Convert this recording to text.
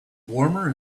warmer